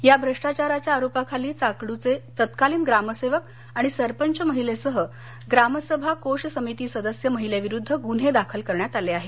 या भ्रष्टाचाराच्या आरोपाखाली चाकडूचे तत्कालीन ग्रामसेवक आणि सरपंच महिलेसह ग्रामसभा कोष समिती सदस्य महिले विरुध्द गून्हे दाखल करण्यात आले आहेत